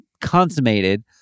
consummated